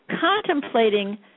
contemplating